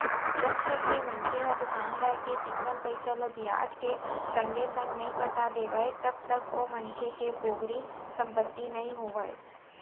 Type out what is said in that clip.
जब तक के मनखे ह दुकानदार के चिक्कन पइसा ल बियाज के संगे संग नइ पटा देवय तब तक ओ मनखे के पोगरी संपत्ति नइ होवय